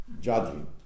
Judging